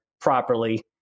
properly